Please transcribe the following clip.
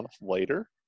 later